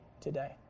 today